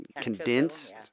condensed